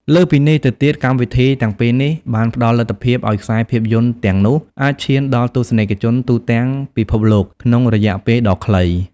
លើសពីនេះទៅទៀត កម្មវិធីទាំងពីរនេះបានផ្តល់លទ្ធភាពឱ្យខ្សែភាពយន្តទាំងនោះ អាចឈានដល់ទស្សនិកជនទូទាំងពិភពលោក ក្នុងរយៈពេលដ៏ខ្លី។